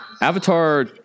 Avatar